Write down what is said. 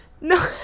No